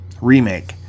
remake